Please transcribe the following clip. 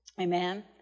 Amen